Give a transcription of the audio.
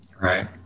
Right